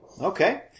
okay